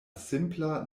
simpla